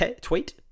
Tweet